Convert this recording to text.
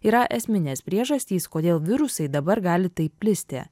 yra esminės priežastys kodėl virusai dabar gali taip plisti